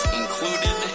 included